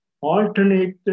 alternate